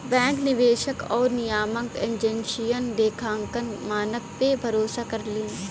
bank निवेशक आउर नियामक एजेंसियन लेखांकन मानक पे भरोसा करलीन